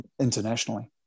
internationally